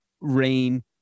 rain